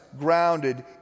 grounded